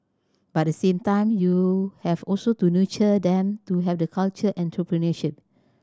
but the same time you have also to nurture them to have the culture entrepreneurship